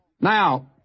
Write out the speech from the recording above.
Now